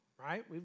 right